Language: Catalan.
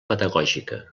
pedagògica